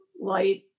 light